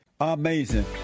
amazing